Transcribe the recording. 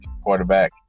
quarterback